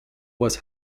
was